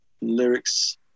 lyrics